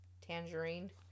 Tangerine